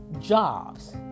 jobs